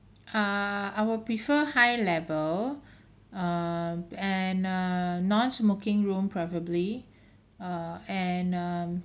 err I would prefer high level um and err nonsmoking room preferably uh and um